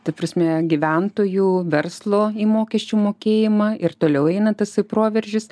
ta prasme gyventojų verslo į mokesčių mokėjimą ir toliau eina tasai proveržis